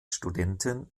studentin